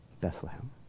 Bethlehem